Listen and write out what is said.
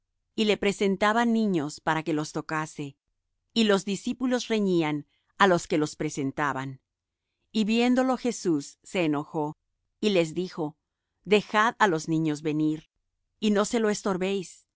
y le presentaban niños para que los tocase y los discípulos reñían á los que los presentaban y viéndolo jesús se enojó y les dijo dejad los niños venir y no se lo estorbéis